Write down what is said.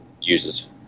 users